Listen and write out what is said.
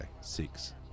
Six